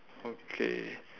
okay